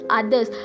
others